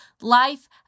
life